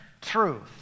truth